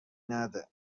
نده